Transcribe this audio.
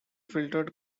filtered